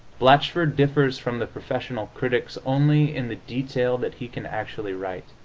blatchford differs from the professorial critics only in the detail that he can actually write.